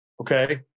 okay